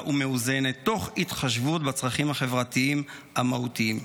ומאוזנת תוך התחשבות בצרכים החברתיים המהותיים.